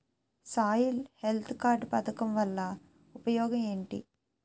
Soil health card పథకం వల్ల ఉపయోగం ఏంటి?